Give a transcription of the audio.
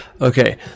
Okay